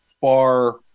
far